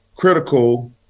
critical